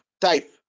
type